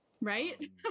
Right